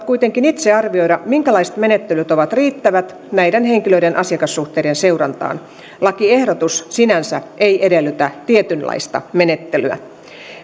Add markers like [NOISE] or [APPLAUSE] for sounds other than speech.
[UNINTELLIGIBLE] kuitenkin itse arvioida minkälaiset menettelyt ovat riittävät näiden henkilöiden asiakassuhteiden seurantaan lakiehdotus sinänsä ei edellytä tietynlaista menettelyä